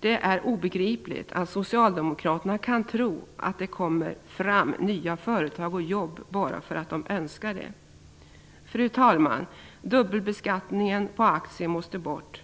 Det är obegripligt att socialdemokraterna kan tro att det kommer fram nya företag och jobb bara för att de önskar det. Fru talman! Dubbelbeskattningen på aktier måste bort.